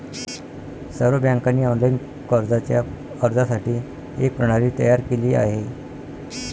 सर्व बँकांनी ऑनलाइन कर्जाच्या अर्जासाठी एक प्रणाली तयार केली आहे